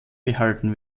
behalten